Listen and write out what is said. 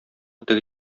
теге